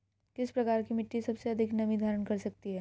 किस प्रकार की मिट्टी सबसे अधिक नमी धारण कर सकती है?